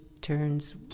turns